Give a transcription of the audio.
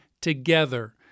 together